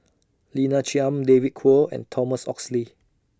Lina Chiam David Kwo and Thomas Oxley